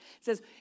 says